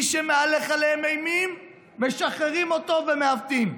מי שמהלך עליהם אימים, משחררים אותו ומעוותים.